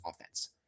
offense